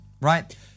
right